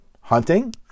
hunting